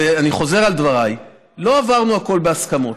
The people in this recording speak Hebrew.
ואני חוזר על דבריי: לא העברנו הכול בהסכמות,